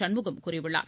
சண்முகம் கூறியுள்ளார்